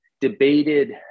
debated